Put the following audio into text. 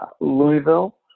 Louisville